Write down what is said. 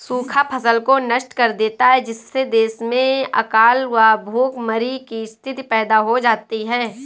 सूखा फसल को नष्ट कर देता है जिससे देश में अकाल व भूखमरी की स्थिति पैदा हो जाती है